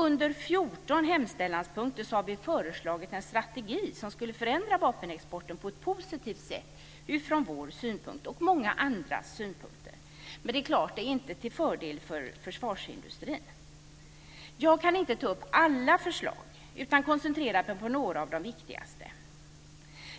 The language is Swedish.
Under 14 hemställanspunkter har vi föreslagit en strategi som skulle förändra vapenexporten på ett positivt sätt från vår och många andras synpunkt. Men det är klart att det inte är till fördel för försvarsindustrin. Jag kan inte ta upp alla förslag utan koncentrerar mig på några av de viktigaste.